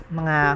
mga